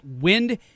wind